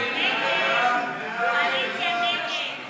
ההסתייגות (49) של חברי הכנסת נחמן שי וקסניה